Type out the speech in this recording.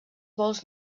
vols